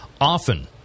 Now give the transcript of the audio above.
often